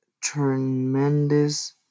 tremendous